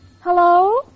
Hello